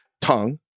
tongue